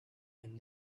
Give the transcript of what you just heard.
and